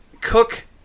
Cook